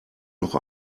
noch